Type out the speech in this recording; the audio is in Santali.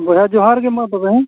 ᱵᱚᱭᱦᱟ ᱡᱚᱦᱟᱨ ᱜᱮ ᱢᱟ ᱛᱚᱵᱮ ᱦᱮᱸ